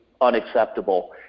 unacceptable